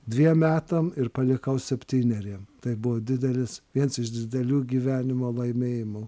dviem metam ir palikau septyneri tai buvo didelis viens iš didelių gyvenimo laimėjimų